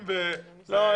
לא.